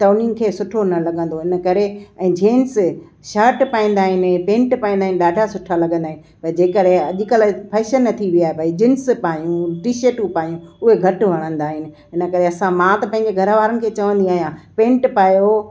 त उन्हनि खे सुठो न लॻंदो इन करे ऐं जेंट्स शर्ट पाईंदा आहिनि पेंट पाईंदा आहिनि ॾाढा सुठा लॻंदा आहिनि भई जे करे अॼुकल्ह फैशन थी विया भई जींस पायूं टी शर्टूं पायूं उहे घटि वणंदा आहिनि इन करे असां मां त पंहिंजे घर वारनि खे चवंदी आहियां पेंट पायो